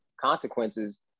consequences